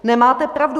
Nemáte pravdu.